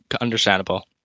understandable